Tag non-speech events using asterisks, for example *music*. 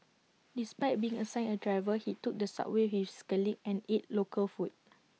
despite being *noise* assigned A driver he took the subway with his colleagues and ate local food